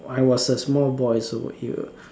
I was a small boy so